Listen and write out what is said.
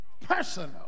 personal